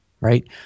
right